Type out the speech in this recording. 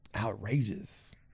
Outrageous